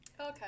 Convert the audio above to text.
Okay